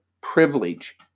privilege